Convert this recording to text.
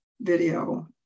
video